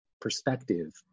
perspective